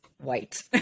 white